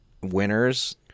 winners